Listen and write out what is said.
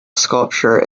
sculpture